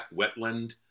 wetland